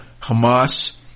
Hamas